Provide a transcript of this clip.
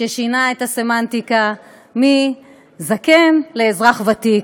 ששינה את הסמנטיקה מ"זקן" ל"אזרח ותיק".